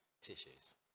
Tissues